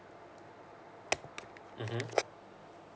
mmhmm